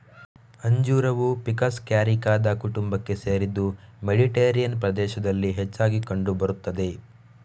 ಅಂಜೂರವು ficus ಕ್ಯಾರಿಕಾದ ಕುಟುಂಬಕ್ಕೆ ಸೇರಿದ್ದು ಮೆಡಿಟೇರಿಯನ್ ಪ್ರದೇಶದಲ್ಲಿ ಹೆಚ್ಚಾಗಿ ಕಂಡು ಬರುತ್ತದೆ